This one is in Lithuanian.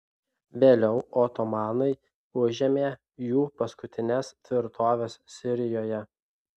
vėliau otomanai užėmė jų paskutines tvirtoves sirijoje